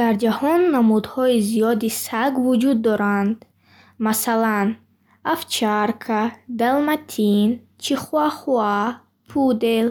Дар ҷаҳон намудҳои зиёди саг вуҷуд доранд. Масалан, овчарка, далматин, чихуахуа, пудел,